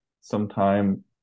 sometime